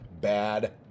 bad